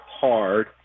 hard